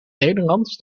nederlands